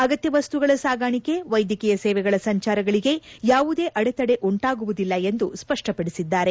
ಅಗತ್ಯ ವಸ್ತುಗಳ ಸಾಗಾಣಿಕೆ ವೈದ್ಯಕೀಯ ಸೇವೆಗಳ ಸಂಚಾರಗಳಿಗೆ ಯಾವುದೇ ಅಡೆ ತಡೆ ಉಂಟಾಗುವುದಿಲ್ಲ ಎಂದು ಸ್ಪಷ್ಟಪಡಿಸಿದ್ದಾರೆ